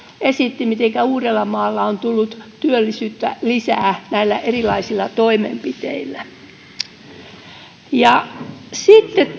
esitti miten uudellamaalla on tullut työllisyyttä lisää näillä erilaisilla toimenpiteillä sitten